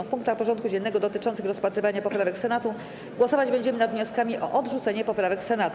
W punktach porządku dziennego dotyczących rozpatrywania poprawek Senatu głosować będziemy nad wnioskami o odrzucenie poprawek Senatu.